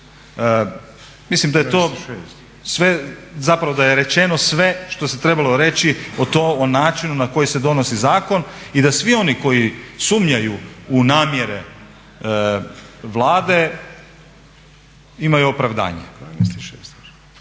mislim da je zapravo da je rečeno sve što se trebalo reći o načinu na koji se donosi zakon i da svi oni koji sumnjaju u namjere Vlade imaju opravdanje.